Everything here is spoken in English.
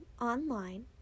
Online